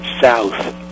south